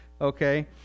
Okay